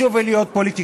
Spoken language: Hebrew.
לשוב להיות פוליטיקאים.